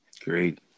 Great